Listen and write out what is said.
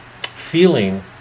feeling